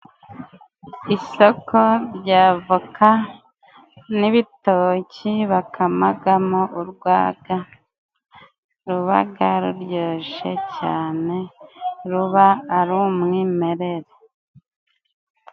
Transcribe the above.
Isoko ry'avoka n'ibitoki bakamagamo urwaga rubaga ruryoshye cyane ruba ari umwimerere.